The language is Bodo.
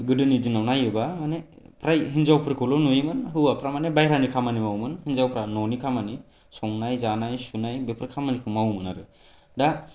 गोदोनि दिनाव नायोबा माने प्राय हिनजावफोरखौल' नुयोमोन हौवाफ्रा माने बायहेरानि खामानि मावोमोन हिनजावफोरा न'नि खामानि संनाय जानाय सुनाय बेफोर खामानिखौ मावोमोन आरो दा